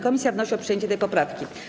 Komisja wnosi o przyjęcie tej poprawki.